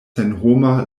senhoma